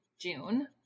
June